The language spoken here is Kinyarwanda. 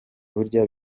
burya